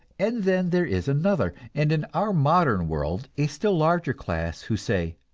and then there is another, and in our modern world a still larger class, who say,